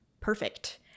perfect